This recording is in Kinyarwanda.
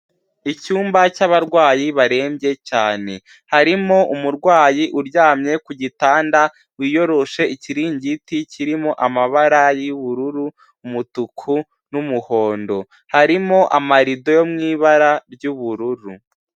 Icyumba cy'abarwayi barembye cyane, harimo umurwayi uryamye ku gitanda, wiyoroshe ikiringiti kirimo amabara y'ubururu, umutuku, n'umuhondo, harimo amarido yo mu ibara ry'ubururu.